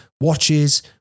watches